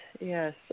yes